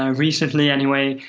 ah recently anyway,